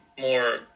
more